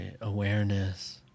awareness